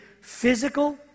physical